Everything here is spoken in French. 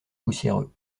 poussiéreux